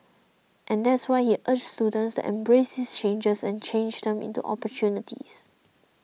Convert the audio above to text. and that's why he urged students embrace these changes and change them into opportunities